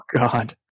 God